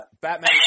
Batman